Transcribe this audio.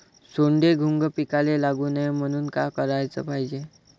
सोंडे, घुंग पिकाले लागू नये म्हनून का कराच पायजे?